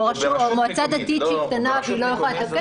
או מועצה דתית קטנה והיא לא יכולה לתפקד,